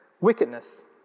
wickedness